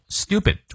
stupid